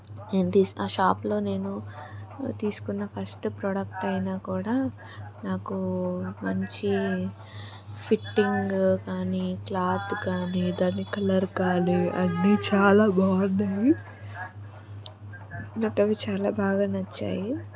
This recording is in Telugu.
ఏంటి ఆ షాప్లో నేను తీసుకున్న ఫస్ట్ ప్రోడక్ట్ అయినా కూడా నాకు మంచి ఫిట్టింగ్ కానీ క్లాత్ కానీ దాని కలర్ కానీ అన్నీ చాలా బాగున్నాయి నాకు అవి చాలా బాగా నచ్చాయి